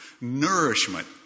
nourishment